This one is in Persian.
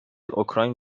اوکراین